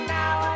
now